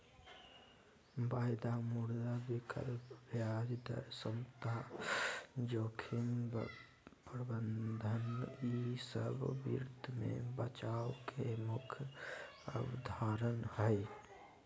वायदा, मुद्रा विकल्प, ब्याज दर समता, जोखिम प्रबंधन ई सब वित्त मे बचाव के मुख्य अवधारणा हय